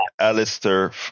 Alistair